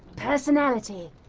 personality.